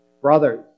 Brothers